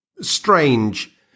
strange